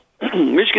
Michigan